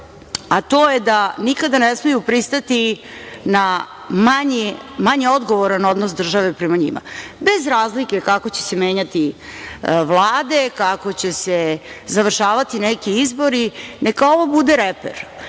To je da nikada ne smeju pristati na manje odgovoran odnos države prema njima. Bez razlike kako će se menjati vlade, kako će se završavati neki izbori, neka ovo bude reper.